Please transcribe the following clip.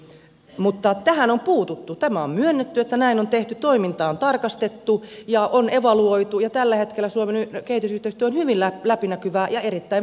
mutta tähän on puututtu on myönnetty että näin on tehty toimintaa on tarkastettu ja on evaluoitu ja tällä hetkellä suomen kehitysyhteistyö on hyvin läpinäkyvää ja erittäin vaikuttavaa